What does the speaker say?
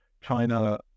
China